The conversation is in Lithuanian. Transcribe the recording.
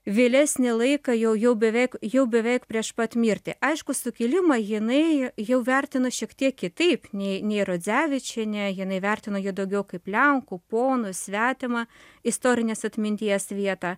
vėlesnį laiką jau jau beveik jau beveik prieš pat mirtį aišku sukilimai jinai jau vertino šiek tiek kitaip nei nei radzevičienė jinai vertina jo daugiau kaip lenkų ponų svetimą istorinės atminties vietą